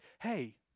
hey